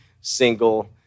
single